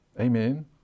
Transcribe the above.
Amen